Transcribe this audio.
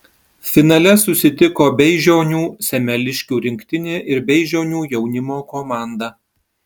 finale susitiko beižionių semeliškių rinktinė ir beižionių jaunimo komanda